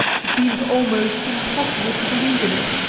it seems almost impossible to believe in it.